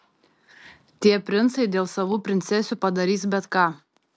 tie princai dėl savų princesių padarys bet ką